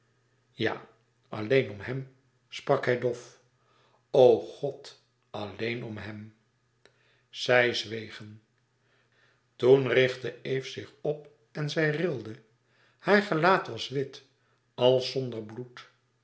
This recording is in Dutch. ja alleen om hem sprak hij dof o god alleen om hem zij zwegen toen richtte eve zich op en zij rilde haar gelaat was wit als zonder bloed